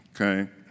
okay